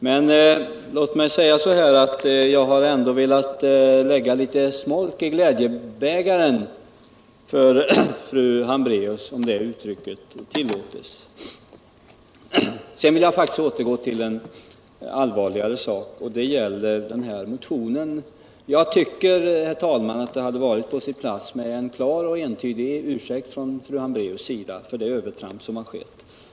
Men jag har så att säga velat lägga litet smolk i fru Hambracus glädjebägare. Sedan vill jag återgå till en allvarligare sak, nämligen den diskuterade motionen. Jag tycker, herr talman, att det hade varit på sin plats med en klar och entydig ursäkt från fru Hambracus sida för det övertramp som skett.